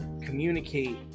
communicate